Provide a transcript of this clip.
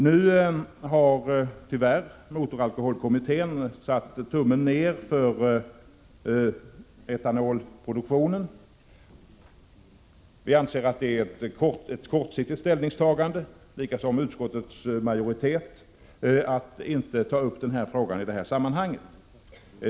Nu har tyvärr motoralkoholkommittén gjort tummen ned för etanolproduktionen. Vi anser att det är ett kortsiktigt ställningstagande liksom ställningstagandet av utskottets majoritet att inte i det här sammanhanget ta upp den frågan.